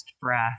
breath